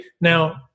now